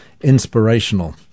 inspirational